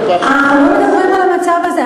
אנחנו לא מדברים על המצב הזה.